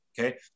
okay